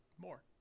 More